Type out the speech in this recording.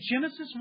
Genesis